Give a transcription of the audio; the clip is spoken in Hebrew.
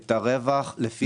את הרווח לפי